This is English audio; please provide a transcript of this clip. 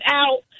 out